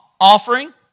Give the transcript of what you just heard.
offering